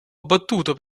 abbattuto